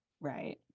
Right